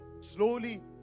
slowly